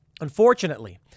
Unfortunately